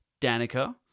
Danica